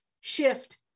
shift